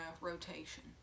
rotation